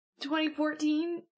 2014